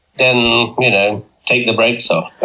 then you know take the brakes off.